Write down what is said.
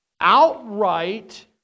outright